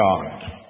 God